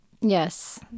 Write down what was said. Yes